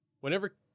Whenever